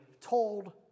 told